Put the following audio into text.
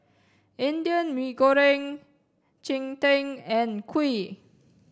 Indian mee goreng cheng tng and kuih